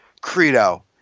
credo